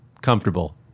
comfortable